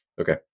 Okay